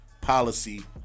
policy